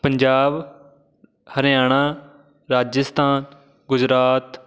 Punjab Haryana Rajasthan Gujarat